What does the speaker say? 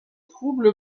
troubles